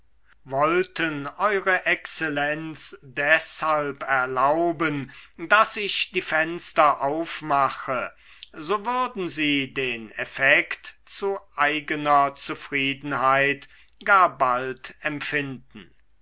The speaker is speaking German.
wollten ew exzellenz deshalb erlauben daß ich die fenster aufmache so würden sie den effekt zu eigener zufriedenheit gar bald empfinden